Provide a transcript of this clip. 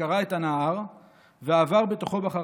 שקרע את הנהר ועבר בתוכו בחרבה.